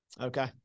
Okay